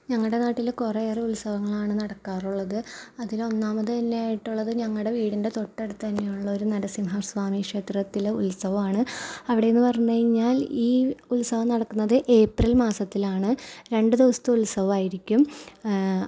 ഞങ്ങളുടെ നാട്ടിൽ കുറെയേറെ ഉൽസവങ്ങളാണ് നടക്കാറുള്ളത് അതിൽ ഒന്നാമതന്നെയായിട്ടുള്ളത് ഞങ്ങളുടെ വീടിൻ്റെ തൊട്ടടുത്ത് തന്നെയുള്ളൊരു നരസിംഹസ്വാമീ ക്ഷേത്രത്തിലെ ഉൽസവമാണ് അവിടെന്നുപറഞ്ഞു കഴിഞ്ഞാൽ ഈ ഉൽസവം നടക്കുന്നത് ഏപ്രിൽ മാസത്തിലാണ് രണ്ടു ദിവസത്തെ ഉത്സവമായിരിക്കും